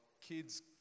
kids